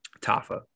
Tafa